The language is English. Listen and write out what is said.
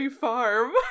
farm